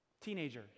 Teenager